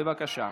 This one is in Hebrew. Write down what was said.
בבקשה.